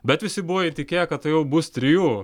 bet visi buvo įtikėję kad tai jau bus trijų